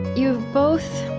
you've both,